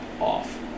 off